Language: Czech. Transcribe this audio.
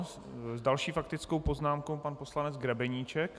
S další faktickou poznámkou pan poslanec Grebeníček.